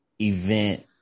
event